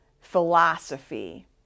philosophy